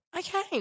Okay